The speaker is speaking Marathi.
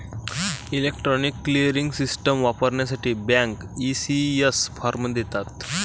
इलेक्ट्रॉनिक क्लिअरिंग सिस्टम वापरण्यासाठी बँक, ई.सी.एस फॉर्म देतात